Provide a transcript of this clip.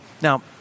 Now